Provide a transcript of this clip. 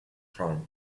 far